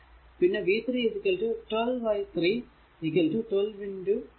പിന്നെ v 3 12 i 3 12 1 12 volt